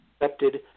accepted